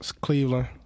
Cleveland